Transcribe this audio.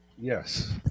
Yes